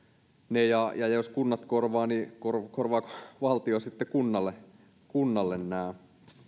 ne ja ja jos kunnat korvaavat niin korvaako valtio sitten kunnalle kunnalle nämä